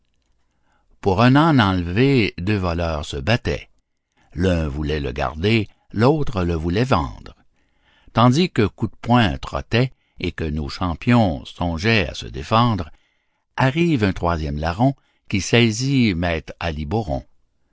pour un âne enlevé deux voleurs se battaient l'un voulait le garder l'autre le voulait vendre tandis que coups de poing trottaient et que nos champions songeaient à se défendre arrive un troisième larron qui saisit maître aliboron